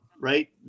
Right